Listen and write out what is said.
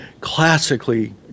classically